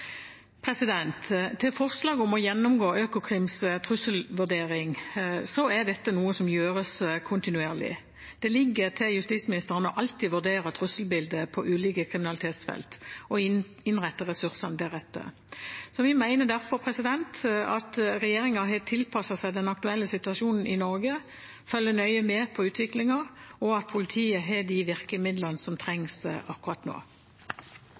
å gjennomgå Økokrims trusselvurdering – dette er noe som gjøres kontinuerlig. Det ligger til justisministeren alltid å vurdere trusselbildet på ulike kriminalitetsfelt og innrette ressursene deretter. Vi mener derfor at regjeringen har tilpasset seg den aktuelle situasjonen i Norge og følger nøye med på utviklingen, og at politiet har de virkemidlene som trengs akkurat nå.